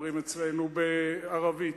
אומרים אצלנו בערבית.